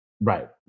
Right